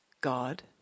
God